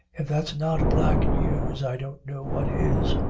if that's not black news, i don't know what is.